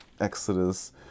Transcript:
Exodus